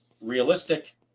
realistic